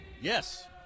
Yes